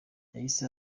yahise